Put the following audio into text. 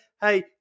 Hey